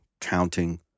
counting